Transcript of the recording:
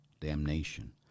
damnation